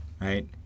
right